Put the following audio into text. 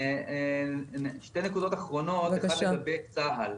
שתי נקודות אחרונות, אחת לגבי צה"ל.